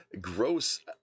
gross